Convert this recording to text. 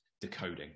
decoding